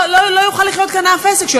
הזדמן לי לדבר כאן לא אחת על